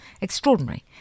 extraordinary